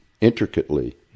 intricately